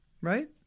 right